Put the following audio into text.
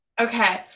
Okay